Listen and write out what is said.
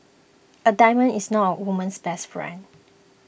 a diamond is not a woman's best friend